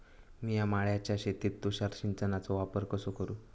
मिया माळ्याच्या शेतीत तुषार सिंचनचो वापर कसो करू?